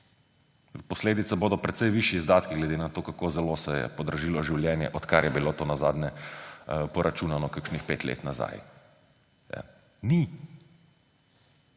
posledice bodo precej višji izdatki, glede na to, kako zelo se je podražilo življenje, odkar je bilo to nazadnje poračunano kakšnih pet let nazaj. Ni.